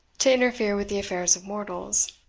to interfere with the affairs of mortals,